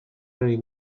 very